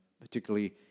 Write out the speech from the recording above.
particularly